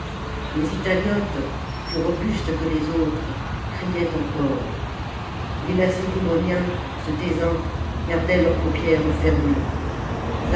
les italiotes plus robustes que les autres criaient encore les lacédémoniens se taisant gardaient leurs paupières fermées